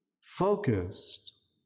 focused